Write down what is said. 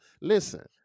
Listen